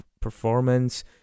performance